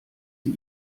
sie